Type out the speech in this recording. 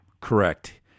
Correct